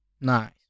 Nice